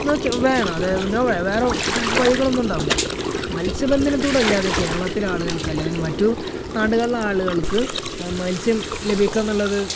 എന്നു ചോദിച്ചാല് വേണം അതായത് നോ വേ വേറെ വഴികളൊന്നുമുണ്ടാകില്ല മത്സ്യബന്ധനത്തിലൂടെയല്ലാതെ കേരളത്തിലെ ആളുകൾക്ക് അല്ലെങ്കില് മറ്റു നാടുകളിലെ ആളുകൾക്ക് മത്സ്യം ലഭിക്കുകയെന്നുള്ളത്